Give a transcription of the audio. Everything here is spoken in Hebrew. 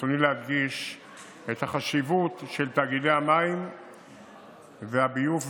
ברצוני להדגיש את החשיבות של תאגידי המים והביוב וקיומם.